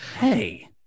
Hey